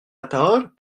attard